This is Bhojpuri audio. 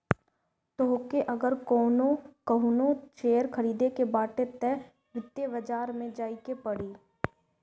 तोहके अगर कवनो शेयर खरीदे के बाटे तअ वित्तीय बाजार में जाए के पड़ी